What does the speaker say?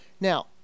Now